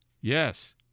Yes